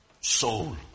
soul